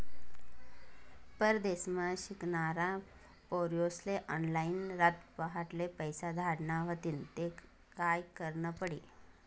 परदेसमा शिकनारा पोर्यास्ले ऑनलाईन रातपहाटले पैसा धाडना व्हतीन ते काय करनं पडी